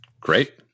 Great